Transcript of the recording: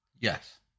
Yes